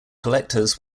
collectors